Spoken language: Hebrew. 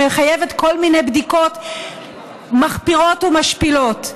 שמחייבת כל מיני בדיקות מחפירות ומשפילות.